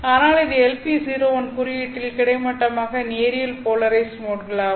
ஆனால் இது LP01 குறியீட்டிற்குள் கிடைமட்டமாக நேரியல் போலரைஸ்ட் மோட்களாகும்